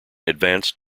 advanced